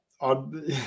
on